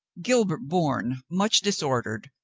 gilbert bourne, much disordered,